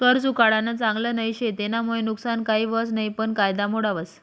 कर चुकाडानं चांगल नई शे, तेनामुये नुकसान काही व्हस नयी पन कायदा मोडावस